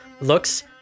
looks